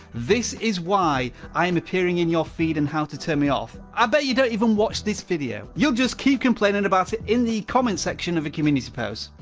this is why i'm appearing in your feed and how to turn me off. i bet you don't even watch this video. you'll just keep complaining about it in the comments section of a community post,